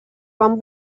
van